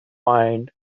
mine